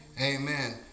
Amen